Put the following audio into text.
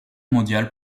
mondiale